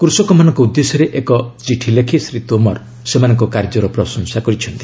କୁଷିକମାନଙ୍କ ଉଦ୍ଦେଶ୍ୟରେ ଏକ ଚିଠି ଲେଖି ଶ୍ରୀ ତୋମର ସେମାନଙ୍କ କାର୍ଯ୍ୟର ପ୍ରଶଂସା କରିଛନ୍ତି